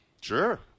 Sure